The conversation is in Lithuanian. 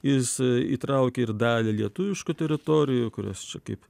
jis įtraukė ir dalį lietuviškų teritorijų kurios čia kaip